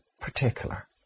particular